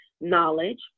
knowledge